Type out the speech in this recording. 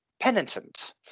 penitent